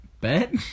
Bet